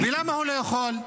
למה הוא לא יכול?